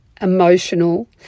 emotional